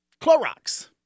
Clorox